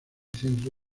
centro